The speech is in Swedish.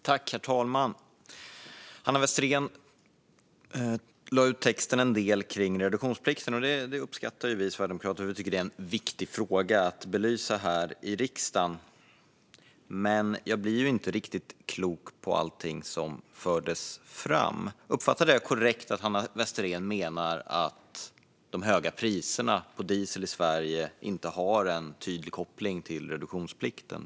Herr talman! Hanna Westerén lade ut texten en del om reduktionsplikten. Det uppskattar vi sverigedemokrater, för vi tycker att det är en viktig fråga att belysa här i riksdagen. Men jag blir inte riktigt klok på allting som fördes fram. Uppfattade jag det korrekt att Hanna Westerén menar att de höga priserna på diesel i Sverige inte har en tydlig koppling till reduktionsplikten?